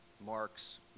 marks